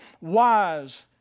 wise